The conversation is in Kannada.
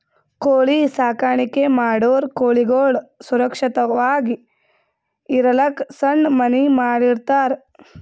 ಕೋಳಿ ಸಾಕಾಣಿಕೆ ಮಾಡೋರ್ ಕೋಳಿಗಳ್ ಸುರಕ್ಷತ್ವಾಗಿ ಇರಲಕ್ಕ್ ಸಣ್ಣ್ ಮನಿ ಮಾಡಿರ್ತರ್